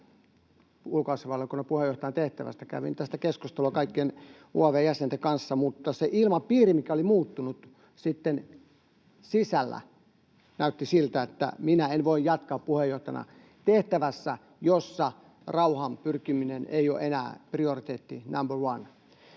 ulkoasiainvaliokunnan puheenjohtajan tehtävästä. Kävin tästä keskustelua kaikkien UaV:n jäsenten kanssa, mutta se ilmapiiri oli muuttunut ja näytti siltä, että minä en voi jatkaa puheenjohtajana tehtävässä, jossa rauhaan pyrkiminen ei ole enää prioriteetti number one.